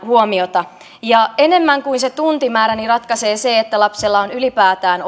huomiota enemmän kuin se tuntimäärä ratkaisee se että lapsella on ylipäätään